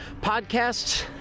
podcasts